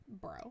bro